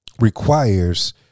requires